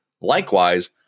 Likewise